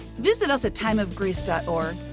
visit us at timeofgrace org.